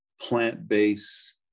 plant-based